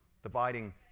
Dividing